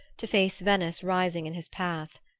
to face venice rising in his path.